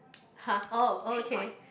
[huh] oh okay